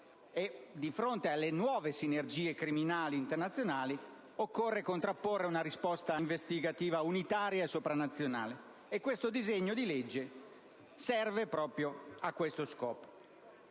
Di fronte a queste nuove sinergie criminali internazionali deve essere contrapposta una risposta investigativa unitaria e sovranazionale. Questo disegno di legge nasce proprio a questo scopo,